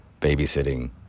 babysitting